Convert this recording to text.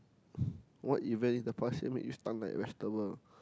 what event in the past year make you stun like vegetable